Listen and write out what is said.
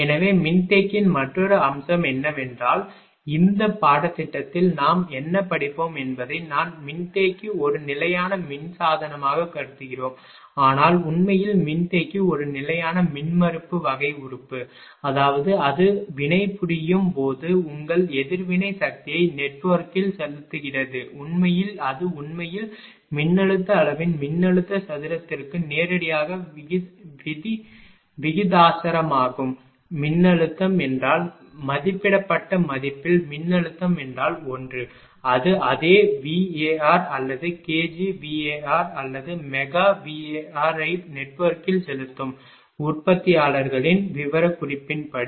எனவே மின்தேக்கியின் மற்றொரு அம்சம் என்னவென்றால் இந்த பாடத்திட்டத்தில் நாம் என்ன படிப்போம் என்பதை நாம் மின்தேக்கி ஒரு நிலையான மின் சாதனமாக கருதுகிறோம் ஆனால் உண்மையில் மின்தேக்கி ஒரு நிலையான மின்மறுப்பு வகை உறுப்பு அதாவது அது வினைபுரியும் போது உங்கள் எதிர்வினை சக்தியை நெட்வொர்க்கில் செலுத்துகிறது உண்மையில் அது உண்மையில் மின்னழுத்த அளவின் மின்னழுத்த சதுரத்திற்கு நேரடியாக விகிதாசாரமாகும் மின்னழுத்தம் என்றால் மதிப்பிடப்பட்ட மதிப்பில் மின்னழுத்தம் என்றால் 1 அது அதே VAr அல்லது kgVAr அல்லது megaVAr ஐ நெட்வொர்க்கில் செலுத்தும் உற்பத்தியாளர்களின் விவரக்குறிப்பின்படி